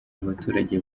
abaturage